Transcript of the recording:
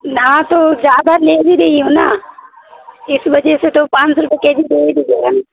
نا تو زیادہ لے لی رہی ہوں نا اس وجہ سے تو پانچ سو روپیے کے جی دے ہی دیجیے ہم